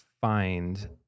find